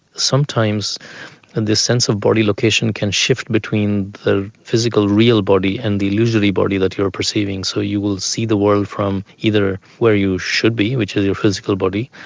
sometimes and this sense of body location can shift between the physical real body and the illusory body that you are perceiving. so you will see the world from either where you should be, which is your physical body,